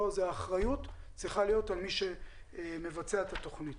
האחריות צריכה להיות על מי שמבצע את התוכנית.